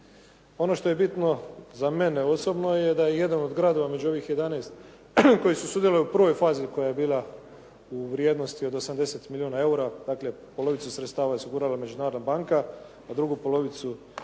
Ono što je bitno za mene osobno je da je jedan od gradova među ovih 11 koji su sudjelovali u prvoj fazi koja je bila u vrijednosti od 80 milijuna eura, dakle polovicu sredstava je osigurala Međunarodna banka, a drugu polovicu